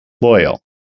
loyal